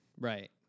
Right